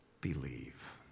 believe